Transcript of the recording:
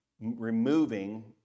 removing